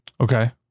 Okay